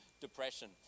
depression